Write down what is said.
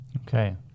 Okay